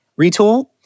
Retool